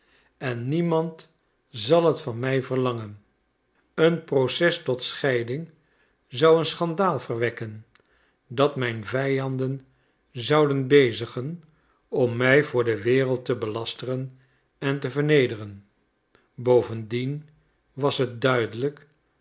en niemand zal het van mij verlangen een proces tot scheiding zou een schandaal verwekken dat mijn vijanden zouden bezigen om mij voor de wereld te belasteren en te vernederen bovendien was het duidelijk